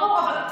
ברור.